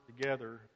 together